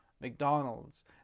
McDonald's